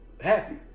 happy